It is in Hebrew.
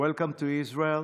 welcome to Israel,